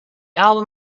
album